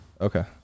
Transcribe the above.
Okay